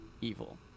evil